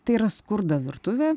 tai yra skurdo virtuvė